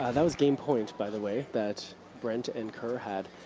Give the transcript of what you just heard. ah that was game point, by the way, that brent and kerr had.